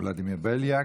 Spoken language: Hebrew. ולדימיר בליאק.